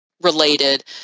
related